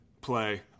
Play